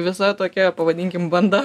visada tokia pavadinkim banda